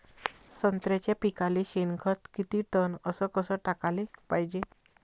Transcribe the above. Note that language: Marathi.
संत्र्याच्या पिकाले शेनखत किती टन अस कस टाकाले पायजे?